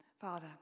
Father